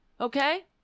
Okay